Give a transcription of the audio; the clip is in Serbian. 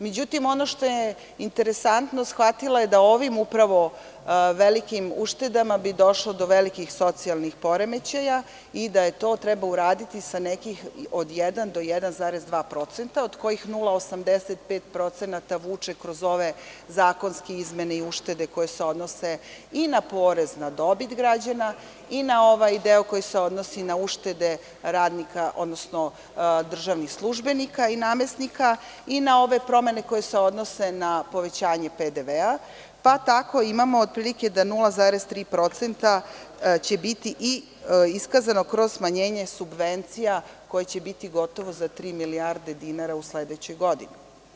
Međutim, ono što je interesantno, shvatila je da ovim velikim uštedama bi došlo do velikih socijalnih poremećaja i da to treba uraditi sa nekih 1 – 1,2%, od kojih 0,85% vuče kroz ove zakonske izmene i uštede koje se odnose i na porez na dobit građana i na ovaj deo koji se odnosi na uštede radnika, odnosno državnih službenika i namesnika i na ove promene koje se odnose na povećanje PDV, pa tako imamo da 0,3% će biti iskazano kroz smanjenje subvencija, koje će biti gotovo za tri milijarde dinara u sledećoj godini.